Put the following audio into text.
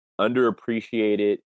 underappreciated